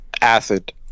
Acid